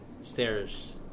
stairs